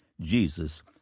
Jesus